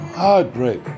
heartbreak